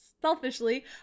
selfishly